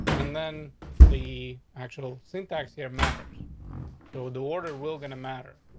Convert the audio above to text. and then the actual syntax here matters so the water will gonna matter.